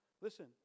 listen